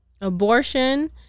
abortion